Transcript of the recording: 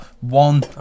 one